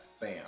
Bam